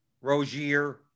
Rozier